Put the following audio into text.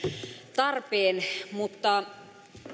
tarpeen mutta